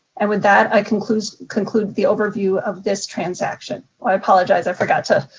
and with that, i conclude conclude the overview of this transaction. i apologize i forgot to